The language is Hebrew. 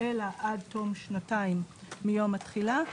אלא עד תום שנתיים מיום התחילה,